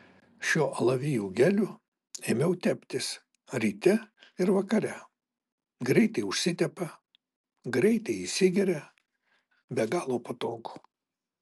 šiuo alavijų geliu ėmiau teptis ryte ir vakare greitai užsitepa greitai įsigeria be galo patogu